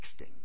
texting